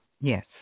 Yes